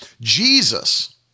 Jesus